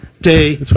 day